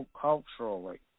culturally